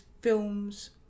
films